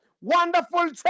Wonderful